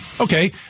Okay